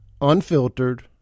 Unfiltered